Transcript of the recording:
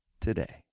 today